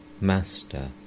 Master